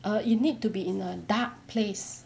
err you need to be in a dark place